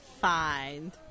find